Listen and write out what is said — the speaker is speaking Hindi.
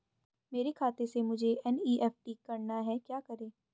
मेरे खाते से मुझे एन.ई.एफ.टी करना है क्या करें?